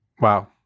wow